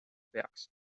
peaks